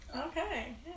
okay